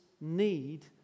need